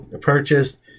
purchased